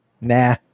Nah